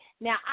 Now